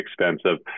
expensive